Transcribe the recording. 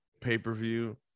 pay-per-view